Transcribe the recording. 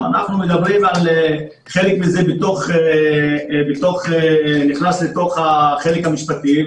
אנחנו מדברים על זה שחלק מזה נכנס לתוך החלק המשפטי,